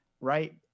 right